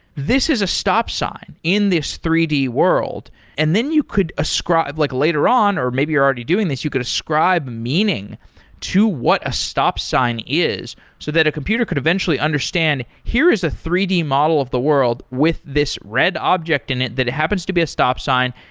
this is a stop sign in this three d world and then you could ascribe like later on, or maybe you're already doing this, you could ascribe meaning to what a stop sign is, so that a computer could eventually understand, here is a three d model of the world with this red object in it, that it happens to be a stop sign.